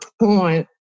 point